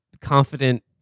confident